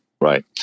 right